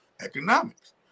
economics